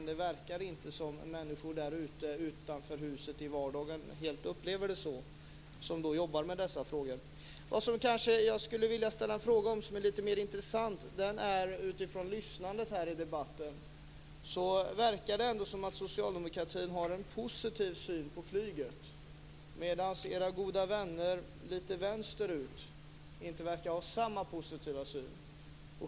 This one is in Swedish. Men det verkar inte som om människor där ute, utanför det här huset, som jobbar med dessa frågor i vardagen upplever det så. Det jag kanske skulle vilja ställa en fråga om, som är lite mer intressant, gör jag utifrån lyssnandet här i debatten. Det verkar ändå som om socialdemokratin har en positiv syn på flyget, medan era goda vänner lite vänsterut inte verkar ha samma positiva syn.